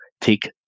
take